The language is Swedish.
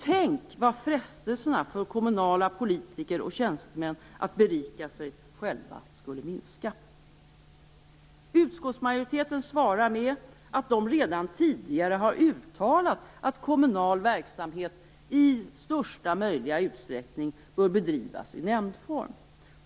Tänk vad frestelserna för kommunala politiker och tjänstemän att berika sig själva skulle minska! Utskottsmajoriteten svarar med att de redan tidigare har uttalat att kommunal verksamhet i största möjliga utsträckning bör bedrivas i nämndform.